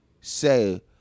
say